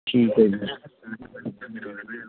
ਠੀਕ ਹੈ ਜੀ